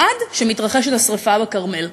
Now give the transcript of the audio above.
עד שמתרחשת השרפה בכרמל.